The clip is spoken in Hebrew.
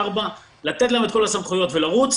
4 לתת להם את כל הסמכויות ולרוץ,